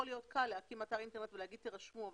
להיות קל להקים אתר אינטרנט ולהגיד תירשמו,